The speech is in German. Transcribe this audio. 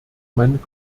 meinen